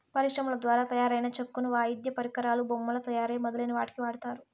పరిశ్రమల ద్వారా తయారైన చెక్కను వాయిద్య పరికరాలు, బొమ్మల తయారీ మొదలైన వాటికి వాడతారు